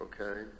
okay